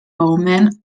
bowman